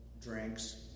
drinks